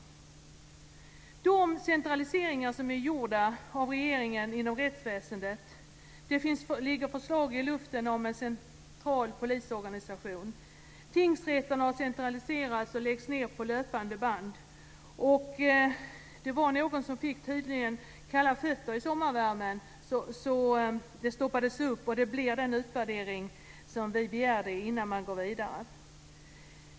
När det gäller de centraliseringar som är gjorda av regeringen inom rättsväsendet så ligger det ett förslag i luften om en central polisorganisation. Tingsrätterna centraliseras och läggs ned på löpande band. Det var tydligen någon som fick kalla fötter i sommarvärmen, så det hela stoppades upp och den utvärdering som vi har begärt blir av innan man går vidare.